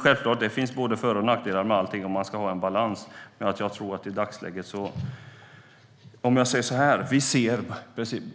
Självklart finns det både för och nackdelar med allt, och man ska ha en balans. Men i dagsläget ser